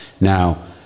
Now